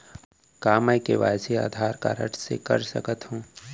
का मैं KYC Aadhaar card से कर सकत हो?